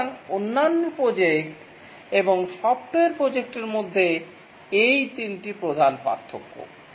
সুতরাং অন্যান্য প্রজেক্ট এবং সফ্টওয়্যার প্রজেক্টের মধ্যে এই তিনটি প্রধান পার্থক্য